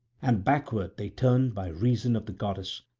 and backward they turned by reason of the goddess,